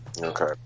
okay